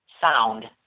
sound